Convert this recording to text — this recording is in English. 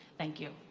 thank you.